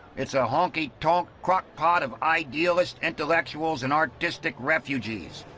it's a honky-tonk crock-pot of idealists, intellectuals and artistic refugees.